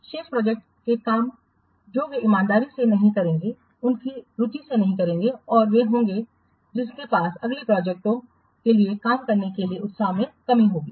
शेष प्रोजेक्ट के काम जो वे ईमानदारी से नहीं करेंगे उनकी रुचि नहीं होगी और वे वे होंगे जिनके पास अगली प्रोजेक्टओं के लिए काम करने के लिए उत्साह की कमी होगी